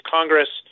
Congress